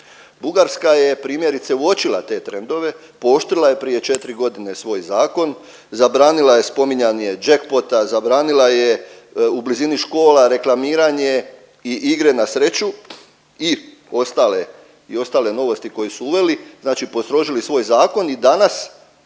Bugarska je primjerice uočila te trendove, pooštrila je prije četiri godine svoj zakon, zabranila je spominjanje jackpota, zabranila je u blizini škola reklamiranje i igre na sreću i ostale novosti koje su uveli, znači postrožili svoj zakon i danas